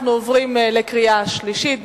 אנחנו עוברים לקריאה שלישית.